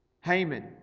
Haman